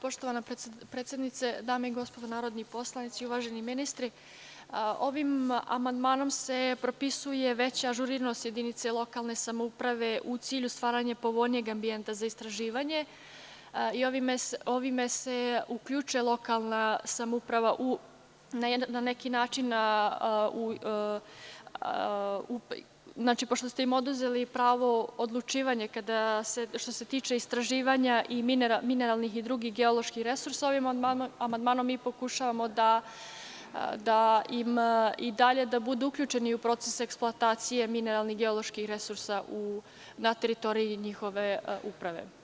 Poštovana predsednice, dame i gospodo narodni poslanici, uvaženi ministri, ovim amandmanom se propisuje veća ažuriranost jedinice lokalne samouprave u cilju stvaranja povoljnijeg ambijenta za istraživanje i ovime se uključuje lokalna samouprava, pošto ste im oduzeli pravo odlučivanja što se tiče istraživanja mineralnih i drugih geoloških resursa, ovim amandmanom mi pokušavamo da i dalje budu uključeni u proces eksploatacije mineralnih geoloških resursa na teritoriji njihove uprave.